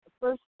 first